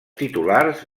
titulars